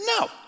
no